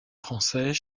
français